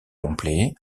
complet